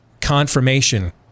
confirmation